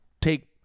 take